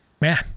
man